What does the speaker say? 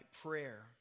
prayer